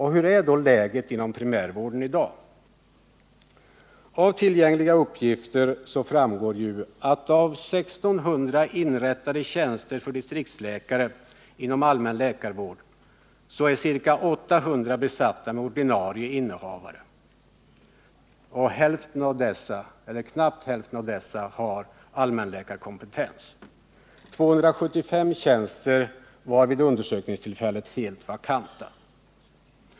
Hur är då läget inom primärvården i dag? Av tillgängliga uppgifter framgår att av 1600 inrättade tjänster för distriktsläkare inom allmän läkarvård är ca 800 besatta med ordinarie innehavare. Knappt hälften av dessa har allmänläkarkompetens. 275 tjänster är helt vakanta.